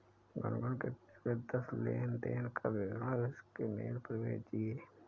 गुनगुन के पिछले दस लेनदेन का विवरण उसके मेल पर भेजिये